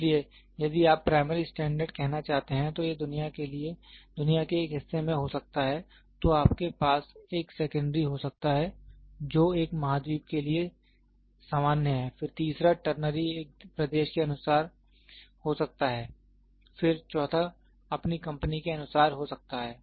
इसलिए यदि आप प्राइमरी स्टैंडर्ड कहना चाहते हैं तो यह दुनिया के एक हिस्से में हो सकता है तो आपके पास एक सेकेंड्री हो सकता है जो एक महाद्वीप के लिए सामान्य है फिर तीसरा टरनरी एक देश के अनुसार सकता है फिर चौथा अपनी कंपनी के अनुसार हो सकता है